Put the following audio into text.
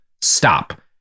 stop